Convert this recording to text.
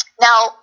Now